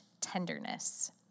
tenderness